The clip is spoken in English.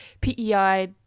PEI